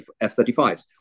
F-35s